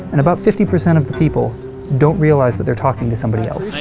and about fifty percent of the people don't realize that they're talking to somebody else.